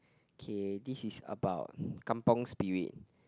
k this is about kampung Spirit